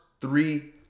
three